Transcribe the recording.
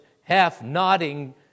half-nodding